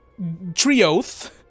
trioth